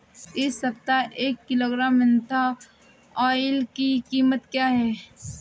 इस सप्ताह एक किलोग्राम मेन्था ऑइल की कीमत क्या है?